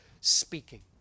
speaking